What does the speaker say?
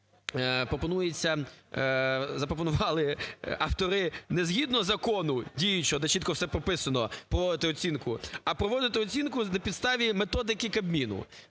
запропонували автори не згідно закону діючого, де чітко все прописано, проводити оцінку, а проводити оцінку на підставі методики Кабміну.